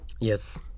Yes